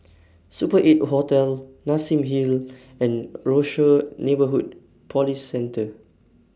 Super eight Hotel Nassim Hill and Rochor Neighborhood Police Centre